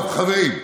חברים,